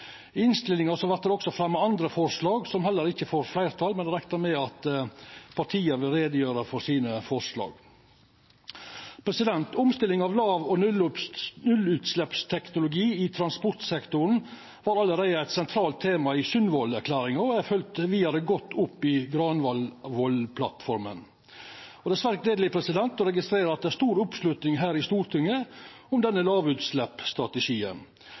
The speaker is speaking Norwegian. I innstillinga vert det òg fremja andre forslag som heller ikkje får fleirtal, men me reknar med at partia vil gjera greie for sine forslag. Omstilling til låg- og nullutsleppsteknologi i transportsektoren var allereie eit sentralt tema i Sundvolden-plattforma, og er følgt vidare godt opp i Granavolden-plattforma. Det er svært gledeleg å registrera at det er stor oppslutning her i Stortinget om denne